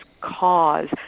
cause